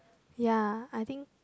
ya I think